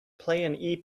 play